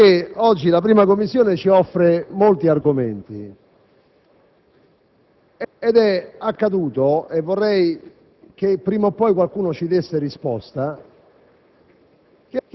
perché oggi la 1a Commissione ci offre molti argomenti. È accaduto - e vorrei che prima o poi qualcuno ci desse risposta